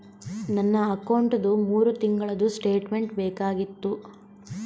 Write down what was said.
ನನ್ನ ಅಕೌಂಟ್ದು ಮೂರು ತಿಂಗಳದು ಸ್ಟೇಟ್ಮೆಂಟ್ ಬೇಕಾಗಿತ್ತು?